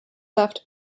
left